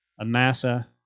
Amasa